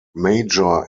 major